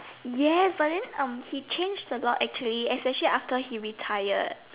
yes but then um he changed a lot actually especially after he retired